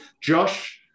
Josh